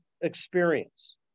experience